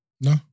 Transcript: no